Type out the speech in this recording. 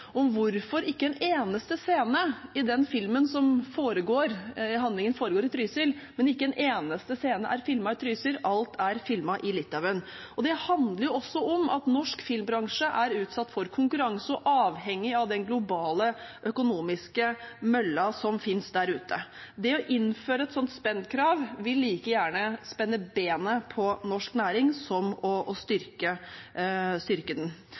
om hvorfor ikke en eneste scene i den filmen, der handlingen foregår i Trysil, er filmet i Trysil. Alt er filmet i Litauen. Det handler jo også om at norsk filmbransje er utsatt for konkurranse og er avhengig av den globale økonomiske mølla som finnes der ute. Det å innføre et sånt spendkrav vil like gjerne spenne bein på norsk næring som å styrke den. Vi vil ha mer norsk film spilt inn i Norge, og vi vil styrke